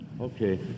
Okay